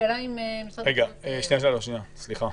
סליחה,